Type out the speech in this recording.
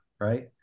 right